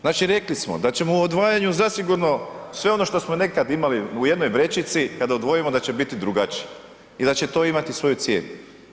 Znači rekli smo da ćemo u odvajanju zasigurno sve ono što smo nekad imali u jednoj vrećici kada odvojimo da će biti drugačije i da će to imati svoju cijenu.